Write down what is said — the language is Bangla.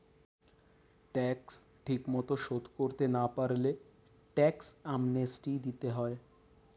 ট্যাক্স ঠিকমতো শোধ করতে না পারলে ট্যাক্স অ্যামনেস্টি দিতে হয়